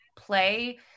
play